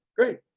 great.